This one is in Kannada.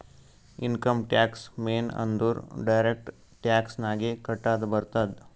ಇನ್ಕಮ್ ಟ್ಯಾಕ್ಸ್ ಮೇನ್ ಅಂದುರ್ ಡೈರೆಕ್ಟ್ ಟ್ಯಾಕ್ಸ್ ನಾಗೆ ಕಟ್ಟದ್ ಬರ್ತುದ್